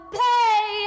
pay